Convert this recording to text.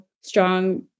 strong